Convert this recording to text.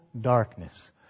darkness